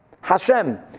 Hashem